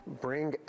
Bring